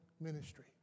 ministry